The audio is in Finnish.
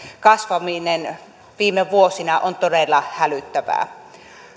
lisääntyminen viime vuosina on todella hälyttävää